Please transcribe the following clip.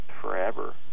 forever